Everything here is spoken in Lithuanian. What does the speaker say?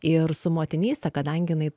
ir su motinyste kadangi jinai